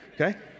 Okay